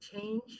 change